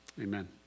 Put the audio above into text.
amen